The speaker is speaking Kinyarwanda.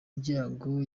ibyago